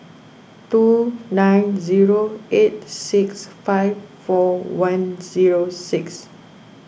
two nine zero eight six five four one zero six